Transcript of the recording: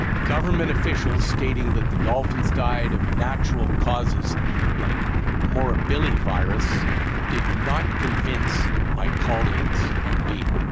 government officials stating that the dolphins died of natural causes like morbillivirus did not convince my colleagues and me.